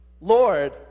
Lord